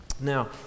Now